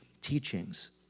teachings